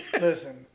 Listen